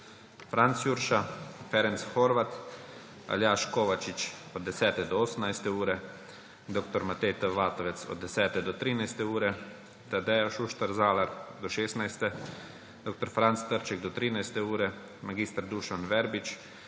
Franc Jurša, Ferenc Horváth, Aljaž Kovačič od 10. do 18. ure, dr. Matej T. Vatovec od 10. do 13. ure, Tadeja Šuštar Zalar do 16. ure, dr. Franc Trček do 13. ure, mag. Dušan Verbič,